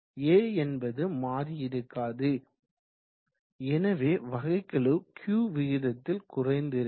A என்பது மாறி இருக்காது எனவே வகைக்கெழு Q விகிதத்தில் குறைந்து இருக்கும்